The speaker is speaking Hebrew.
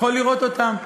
יכול לראות אותם.